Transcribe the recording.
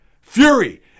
fury